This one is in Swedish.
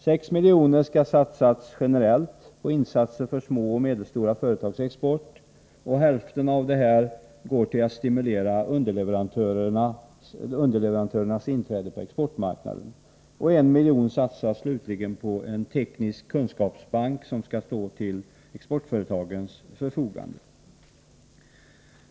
6 miljoner skall satsas generellt på insatser för små och medelstora företags export, och hälften av de extra anslagen skall gå till att stimulera underleverantörernas inträde på exportmarknaden. En miljon, slutligen, satsas på en teknisk kunskapsbank som skall stå till exportföretagens förfogande.